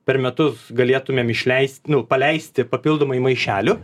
per metus galėtumėm išleisti paleisti papildomai maišelių